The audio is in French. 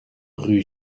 rue